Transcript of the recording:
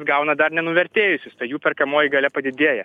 gauna dar nenuvertėjusius tai jų perkamoji galia padidėja